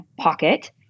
pocket